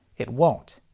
it won't.